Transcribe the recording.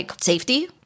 safety